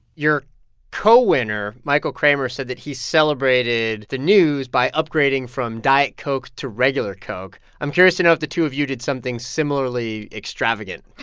your co-winner, michael kremer, said that he celebrated the news by upgrading from diet coke to regular coke. i'm curious to know if the two of you did something similarly extravagant